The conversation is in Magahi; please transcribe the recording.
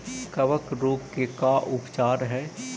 कबक रोग के का उपचार है?